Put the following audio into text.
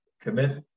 Commit